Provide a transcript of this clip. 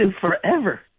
forever